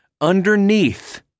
underneath